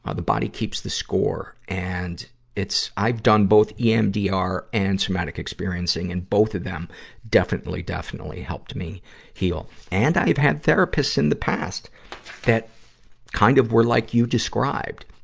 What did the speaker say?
ah the body keeps the score. and it's, i've don both emdr and somatic experiencing, and both of them definitely, definitely helped me heal. and i've had therapists in the past that kind of were like you described.